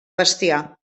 bestiar